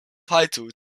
title